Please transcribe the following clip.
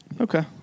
Okay